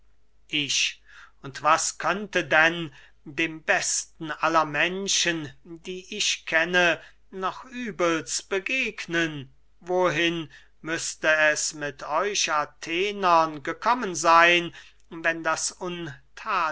ich und was könnte denn dem besten aller menschen die ich kenne noch übels begegnen wohin müßte es mit euch athenern gekommen seyn wenn das